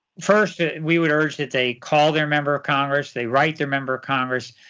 first, we would urge that they call their member of congress, they write their member of congress,